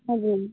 हजुर